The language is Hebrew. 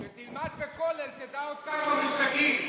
כשתלמד בכולל תדע עוד כמה מושגים.